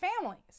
families